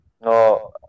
no